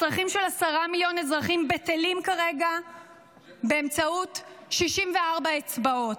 הצרכים של עשרה מיליון אזרחים בטלים כרגע באמצעות 64 אצבעות.